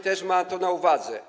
też ma to na uwadze.